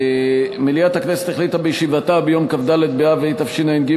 מליאת הכנסת החליטה בישיבתה ביום כ"ד באב התשע"ג,